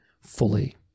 fully